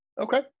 Okay